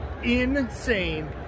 insane